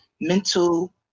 mental